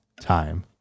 Time